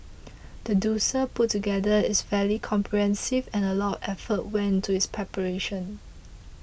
the dossier put together is fairly comprehensive and a lot of effort went into its preparation